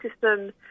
system